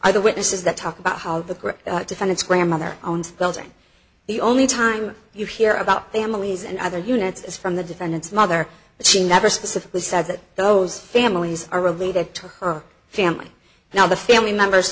are the witnesses that talk about how the correct defendant's grandmother owned belting the only time you hear about families and other units is from the defendant's mother she never specifically said that those families are related to her family now the family members